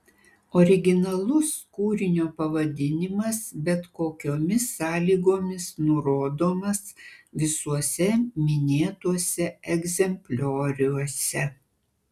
originalus kūrinio pavadinimas bet kokiomis sąlygomis nurodomas visuose minėtuose egzemplioriuose